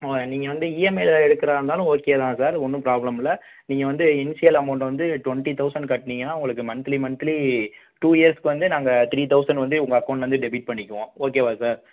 நீங்க வந்து இஎம்ஐயில எடுக்கிறதாக இருந்தாலும் ஓகே தான் சார் ஒன்றும் பிராப்ளம் இல்லை நீங்கள் வந்து இன்சியல் அமௌண்ட் வந்து ட்வெண்டி தௌசண்ட் கட்னீங்கன்னால் உங்களுக்கு மந்திலி மந்திலி டூ இயர்ஸ்க்கு வந்து நாங்கள் த்ரீ தௌசண்ட் வந்து உங்கள் அக்கௌண்டுல இருந்து டெபிட் பண்ணிக்குவோம் ஓகேவா சார்